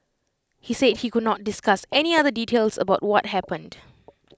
he said he could not discuss any other details about what happened